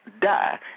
die